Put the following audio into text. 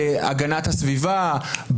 בהגנת הסביבה,